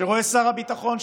שרואה שר הביטחון,